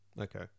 Okay